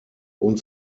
uns